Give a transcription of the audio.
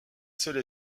seule